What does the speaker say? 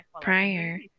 prior